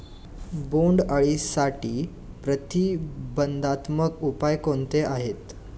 बोंडअळीसाठी प्रतिबंधात्मक उपाय कोणते आहेत?